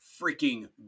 freaking